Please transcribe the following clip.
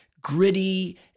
gritty